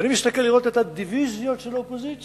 ואני מסתכל לראות את הדיוויזיות של האופוזיציה,